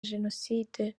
jenoside